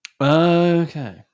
Okay